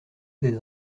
des